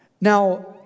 Now